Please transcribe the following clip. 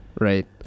Right